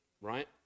right